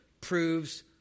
proves